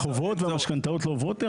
החובות והמשכנתאות לא עוברות?